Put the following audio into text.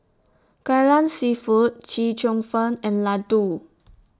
Kai Lan Seafood Chee Cheong Fun and Laddu